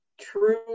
True